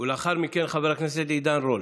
לאחר מכן, חבר הכנסת עידן רול.